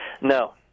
No